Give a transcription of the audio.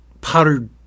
powdered